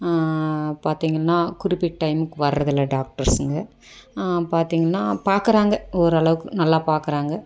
பார்த்தீங்கனா குறிப்பிட்ட டைமுக்கு வர்றதில்லை டாக்டர்ஸுங்க பார்த்தீங்கனா பாக்கிறாங்க ஓரளவுக்கு நல்லா பாக்கிறாங்க